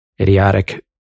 idiotic